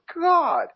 God